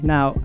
Now